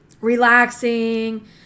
relaxing